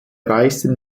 reichsten